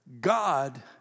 God